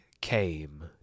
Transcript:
came